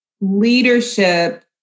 leadership